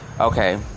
Okay